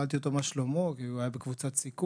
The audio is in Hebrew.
כששאלתי אותו מה שלומו כי הוא היה בקבוצת סיכון.